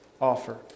offer